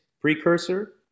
precursor